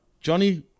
Johnny